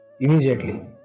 immediately